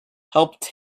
helped